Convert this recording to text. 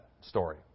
story